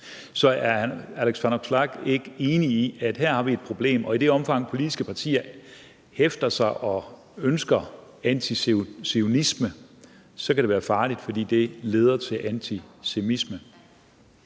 Så er hr. Alex Vanopslagh ikke enig i, at vi her har et problem, og at det i det omfang, politiske partier hæfter sig ved og ønsker antizionisme, kan være farligt, fordi det leder til antisemitisme?